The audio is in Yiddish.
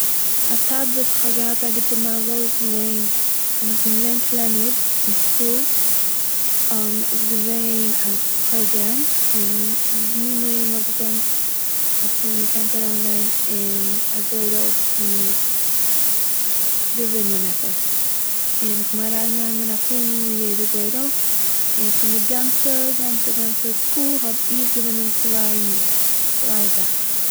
א צייט וואס איך האב געהאט א גוטע מזל איז געווען ווען איך בין געווען קלענער, אין סקול איז געווען א פראגראם, און ווי מער מ'האט געקענט האט מען געקענט אריינגיין אין א גורל צו געווינען עפעס, און איך בין אריינגעגאנגען א פאר מאל אין יעדער גורל, און פון דער גאנצער גאנצער סקול האב איך געווינען צוויי מאל צוויי זאכן